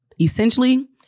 essentially